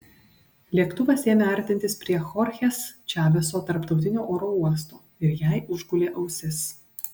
lėktuvas ėmė artintis prie chorchės čaveso tarptautinio oro uosto ir jai užgulė ausis